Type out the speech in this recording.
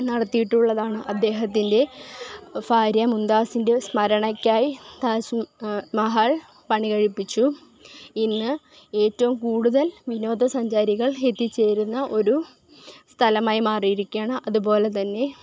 നടത്തിയിട്ടുള്ളതാണ് അദ്ദേഹത്തിൻ്റെ ഭാര്യ മുംതാസിൻ്റെ സ്മരണയ്ക്കായി താജ് മഹൽ പണി കഴിപ്പിച്ചു ഇന്ന് ഏറ്റവും കൂടുതൽ വിനോദസഞ്ചാരികൾ എത്തിച്ചേരുന്ന ഒരു സ്ഥലമായി മാറിയിരിക്കുകയാണ് അതുപോലെ തന്നെ